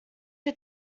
who